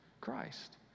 Christ